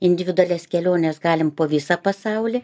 individualias keliones galim po visą pasaulį